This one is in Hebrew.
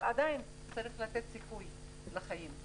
אבל עדיין צריך לתת סיכוי לחיים.